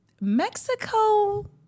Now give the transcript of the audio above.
mexico